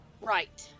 Right